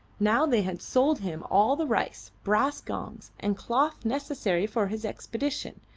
now they had sold him all the rice, brass gongs, and cloth necessary for his expedition.